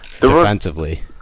defensively